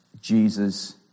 Jesus